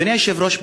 אדוני היושב-ראש,